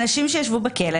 אנשים שישבו בכלא.